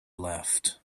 left